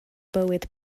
bywyd